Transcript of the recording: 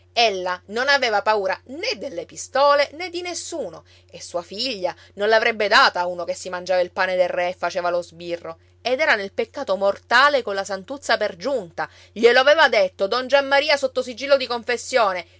giacché ella non aveva paura né delle pistole né di nessuno e sua figlia non l'avrebbe data a uno che si mangiava il pane del re e faceva lo sbirro ed era nel peccato mortale colla santuzza per giunta glielo aveva detto don giammaria sotto sigillo di confessione